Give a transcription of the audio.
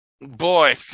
Boy